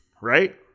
right